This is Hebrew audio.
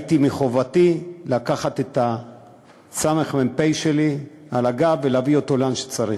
מחובתי לקחת את הסמ"פ שלי על הגב ולהביא אותו לאן שצריך.